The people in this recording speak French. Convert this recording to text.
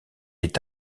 est